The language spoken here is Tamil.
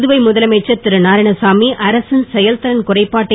புதுவை முதலமைச்சர் திருநாராயணசாமி அரசின் செயல்திறன் குறைபாட்டை